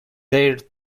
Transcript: their